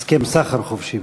הסכם סחר חופשי,